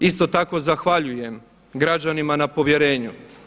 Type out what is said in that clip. Isto tako zahvaljujem građanima na povjerenju.